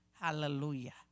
hallelujah